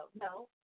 No